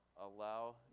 allow